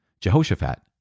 Jehoshaphat